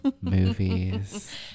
movies